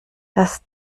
dass